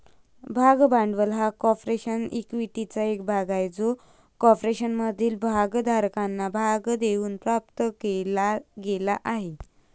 भाग भांडवल हा कॉर्पोरेशन इक्विटीचा एक भाग आहे जो कॉर्पोरेशनमधील भागधारकांना भाग देऊन प्राप्त केला गेला आहे